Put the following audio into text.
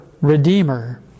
redeemer